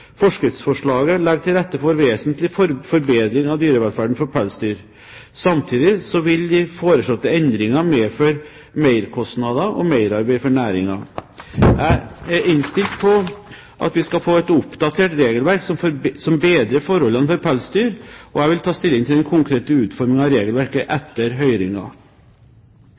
Forskriftsforslaget legger til rette for vesentlig forbedring av dyrevelferden for pelsdyr. Samtidig vil de foreslåtte endringer medføre merkostnader og merarbeid for næringen. Jeg er innstilt på at vi skal få et oppdatert regelverk som bedrer forholdene for pelsdyr, og jeg vil ta stilling til den konkrete utformingen av regelverket etter